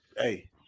Hey